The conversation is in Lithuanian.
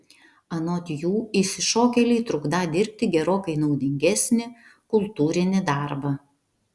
anot jų išsišokėliai trukdą dirbti gerokai naudingesnį kultūrinį darbą